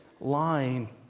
lying